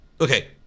Okay